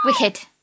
Wicked